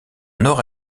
nord